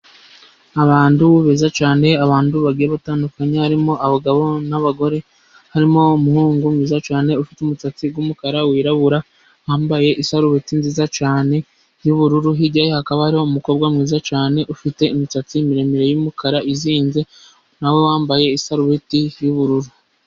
abantu beza cyane, abantu batandukanye harimo abagabo n'abagore, harimo umuhungu mwiza cyane ufite umusatsi w'umukara wirabura, wambaye isarubeti nziza cyane y'ubururu. Hirya ye hakaba hari umukobwa mwiza cyane ufite imisatsi miremire y'umukara izinze, na we wambaye isarubeti y'ubururu.